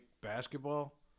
basketball